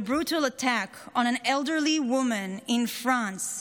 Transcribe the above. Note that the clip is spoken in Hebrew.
the brutal attack on an elderly woman in France,